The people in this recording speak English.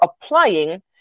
applying